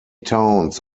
towns